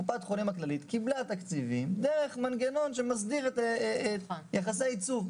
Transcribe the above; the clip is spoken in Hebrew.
קופת חולים כללית קיבלה תקציבים דרך מנגנון שמסדיר את יחסי הייצוא.